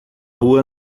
rua